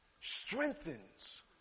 strengthens